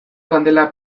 kandela